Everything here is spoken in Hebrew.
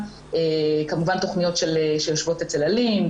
כמובן תכניות שיושבות אצל אלין,